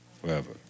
forever